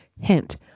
Hint